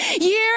year